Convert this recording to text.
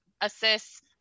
assists